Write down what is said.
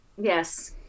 Yes